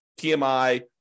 PMI